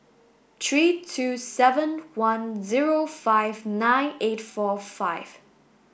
three two seven one zero five nine eight four five